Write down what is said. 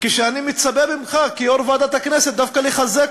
כשאני מצפה ממך כיושב-ראש ועדת הכנסת דווקא לחזק